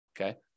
okay